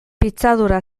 pitzadura